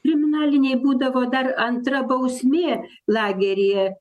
kriminaliniai būdavo dar antra bausmė lageryje